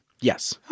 Yes